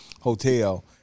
Hotel